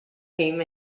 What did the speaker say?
him